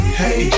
hey